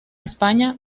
españa